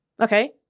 Okay